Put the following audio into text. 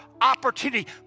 opportunity